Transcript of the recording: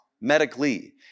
medically